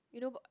you know